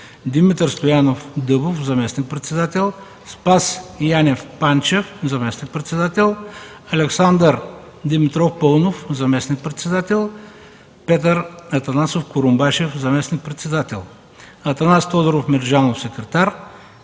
Димитър Стоянов Дъбов – заместник-председател, Спас Янев Панчев – заместник-председател, Александър Димитров Паунов – заместник-председател, Петър Атанасов Курумбашев – заместник-председател, Атанас Тодоров Мерджанов – секретар,